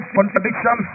contradiction